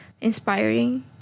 inspiring